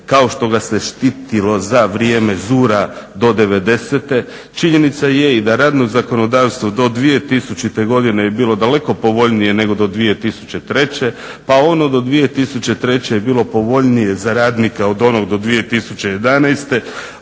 kao što ga se štitilo za vrijeme ZUR-a do devedesete, činjenica je i da radno zakonodavstvo do 2000.godine je bilo daleko povoljnije nego do 2003.pa ono do 2003.je bilo povoljnije za radnika od onog do 2011.,